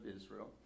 Israel